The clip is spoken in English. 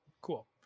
Cool